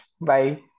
bye